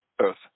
earth